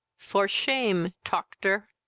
for shame, toctor,